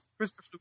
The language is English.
Christopher